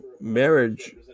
marriage